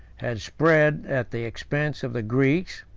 had spread, at the expense of the greeks,